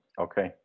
Okay